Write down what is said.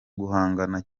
guhangana